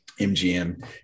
MGM